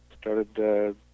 started